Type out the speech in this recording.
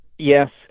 Yes